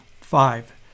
Five